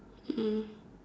mm